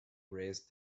raised